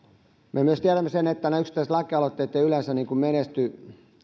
me myös tiedämme sen että nämä yksittäiset lakialoitteet eivät yleensä menesty